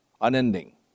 unending